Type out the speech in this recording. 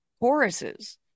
choruses